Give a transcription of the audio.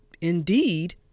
indeed